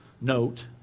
note